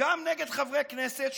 גם נגד חברי כנסת,